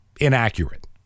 inaccurate